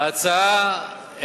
ההצעה,